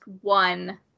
one